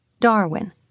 Darwin